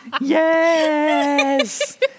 yes